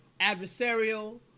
adversarial